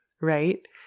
right